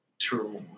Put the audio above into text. True